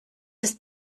ist